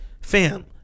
fam